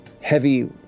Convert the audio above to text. heavy